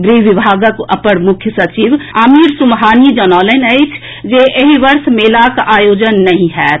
ग्रह विभागक अपर मुख्य सचिव आमिर सुबहानी जनौलनि अछि जे एहि वर्ष मेलाक आयोजन नहि होयत